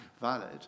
valid